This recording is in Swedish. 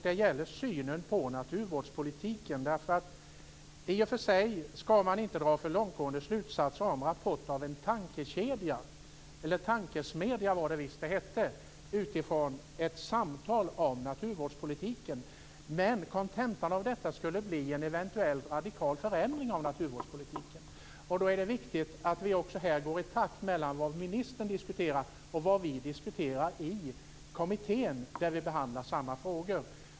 Den gäller synen på naturvårdspolitiken. I och för sig skall man inte dra för långtgående slutsatser av en rapport om en tankekedja, eller tankesmedja heter det visst, utifrån ett samtal om naturvårdspolitiken. Men kontentan av detta skulle bli en eventuell radikal förändring av naturvårdspolitiken. Då är det viktigt att gå i takt när det gäller vad ministern diskuterar och vad vi diskuterar i kommittén som behandlar samma frågor.